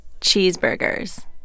cheeseburgers